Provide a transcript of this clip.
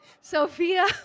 Sophia